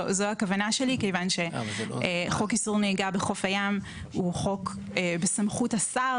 כיוון שחוק איסור נהיגה בחוף הים הוא חוק בסמכות השר,